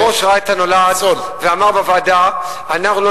היושב-ראש ראה את הנולד ואמר בוועדה: אנחנו לא